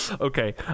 Okay